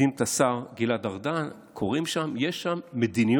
מדיניות השר גלעד ארדן, קוראים שם, יש שם מדיניות